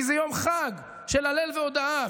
כי זה יום חג של הלל והודאה,